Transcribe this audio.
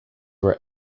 were